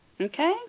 Okay